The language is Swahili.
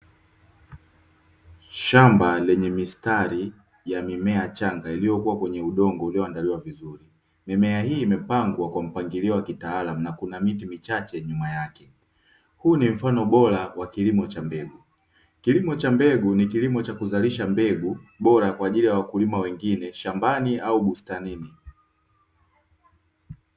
Shamba lenye mistari ya mimea changa iliyokuwa kweye udongo ulioandaliwa vizuri. Mimea hii imepangwa kwa mpangilio wa kitaalamu na kuna miti michache nyuma yake. Huu ni mfano bora wa kilimo cha mbegu, kilimo cha mbegu ni kilimo cha kuzalisha mbegu bora kwa ajili ya wakulima wengine shambani au bustanini.